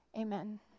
Amen